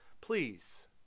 Please